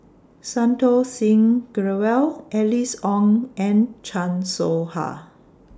Santokh Singh Grewal Alice Ong and Chan Soh Ha